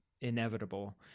inevitable